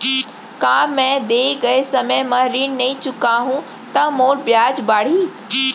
का मैं दे गए समय म ऋण नई चुकाहूँ त मोर ब्याज बाड़ही?